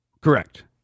Correct